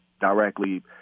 directly